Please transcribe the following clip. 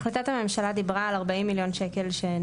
החלטת הממשלה דיברה על 40 מיליון שקלים עבור התכנון,